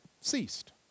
ceased